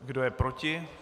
Kdo je proti?